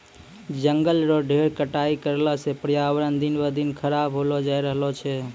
जंगल रो ढेर कटाई करला सॅ पर्यावरण दिन ब दिन खराब होलो जाय रहलो छै